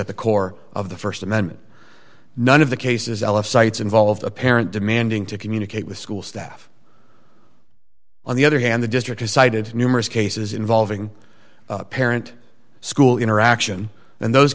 at the core of the st amendment none of the cases l f cites involved a parent demanding to communicate with school staff on the other hand the district has cited numerous cases involving parent school interaction and those